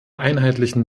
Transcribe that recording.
einheitlichen